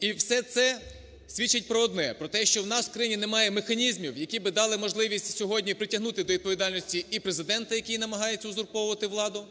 І все це свідчить про одне, про те, що нас в країні немає механізмів, які б дали можливість сьогодні притягнути до відповідальності і Президента, який намагається узурповувати владу,